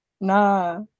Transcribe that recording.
Nah